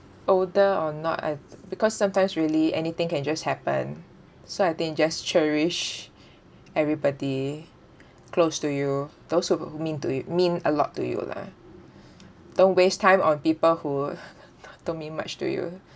older or not I because sometimes really anything can just happen so I think just cherish everybody close to you those who mean to mean a lot to you lah don't waste time on people who don't mean much to you